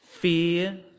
Fear